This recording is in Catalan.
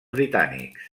britànics